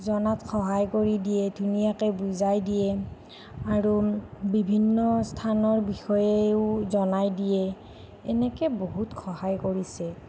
জনাত সহায় কৰি দিয়ে ধুনীয়াকৈ বুজাই দিয়ে আৰু বিভিন্ন স্থানৰ বিষয়েও জনাই দিয়ে এনেকৈ বহুত সহায় কৰিছে